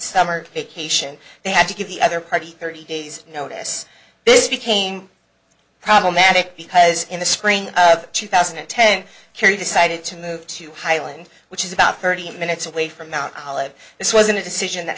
summer vacation they had to give the other party thirty days notice this became problematic because in the spring of two thousand and ten kerry decided to move to highland which is about thirty minutes away from our college this wasn't decision that